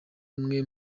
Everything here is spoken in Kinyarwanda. umwe